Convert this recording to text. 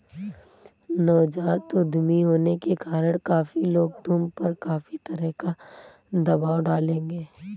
नवजात उद्यमी होने के कारण काफी लोग तुम पर काफी तरह का दबाव डालेंगे